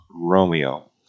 Romeo